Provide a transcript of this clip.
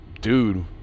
dude